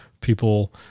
people